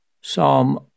Psalm